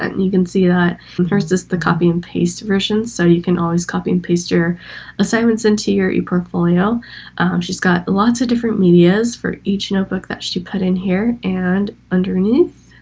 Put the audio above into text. and and you can see that versus the copy and paste version so you can always copy and paste your assignments into your e-portfolio she's got lots of different me is for each notebook that she put in here and underneath